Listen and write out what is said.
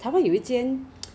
Korea 零食也有 leh